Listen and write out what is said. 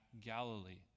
Galilee